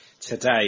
Today